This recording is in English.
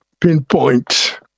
pinpoint